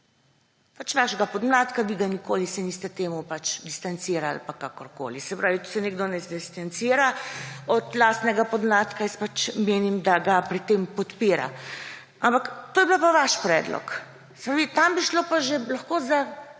pač vašega podmladka, vi se nikoli niste od tema, pač, distancirali. Pa kakorkoli. Se pravi, če se nekdo ne distancira od lastnega podmladka, menim, da ga pri tem podpira. Ampak, to je bil pa vaš predlog. Tam bi šlo lahko že